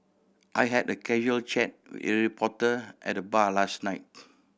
I had a casual chat with a reporter at the bar last night